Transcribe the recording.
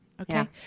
Okay